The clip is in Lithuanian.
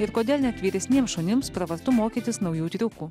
ir kodėl net vyresniems šunims pravartu mokytis naujų triukų